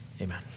Amen